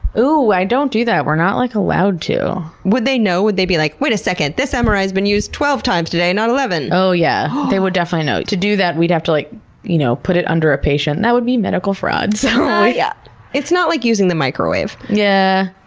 oooh. i don't do that. we're not like allowed to. would they know? would they'd be like, wait a second. this ah mri has been used twelve times today. not eleven? oh yeah, they would definitely know. to do that, we'd have to like you know put it under a patient and that would be medical fraud. so, it's not like using the microwave. yeah.